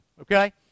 Okay